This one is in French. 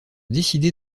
décider